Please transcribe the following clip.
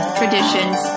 traditions